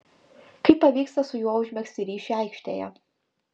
kaip pavyksta su juo užmegzti ryšį aikštėje